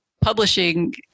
publishing